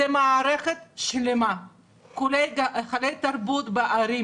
זו מערכת שלמה כולל היכלי תרבות בערים